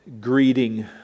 greeting